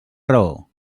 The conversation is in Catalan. raó